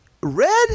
red